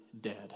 dead